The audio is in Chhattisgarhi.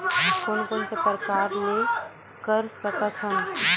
कोन कोन से प्रकार ले कर सकत हन?